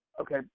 Okay